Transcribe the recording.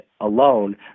alone